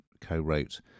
co-wrote